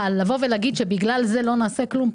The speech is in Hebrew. אבל לבוא ולהגיד שבגלל זה לא נעשה כלום,